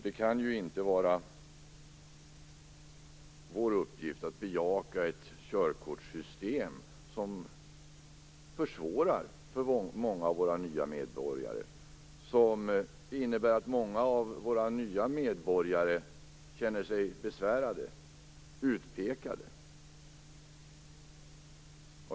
Det kan inte vara vår uppgift att ha ett körkortssystem som försvårar för många av våra nya medborgare och som innebär att de känner sig besvärade och utpekade.